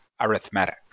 arithmetic